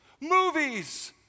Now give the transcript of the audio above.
movies